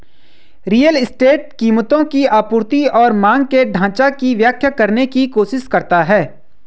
real estate कीमतों की आपूर्ति और मांग के ढाँचा की व्याख्या करने की कोशिश करता है